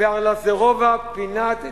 בארלוזורובה פינת דיזנגובה.